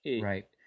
right